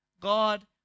God